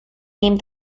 named